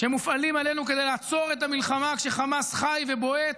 שמופעלים עלינו כדי לעצור את המלחמה כשחמאס חי ובועט,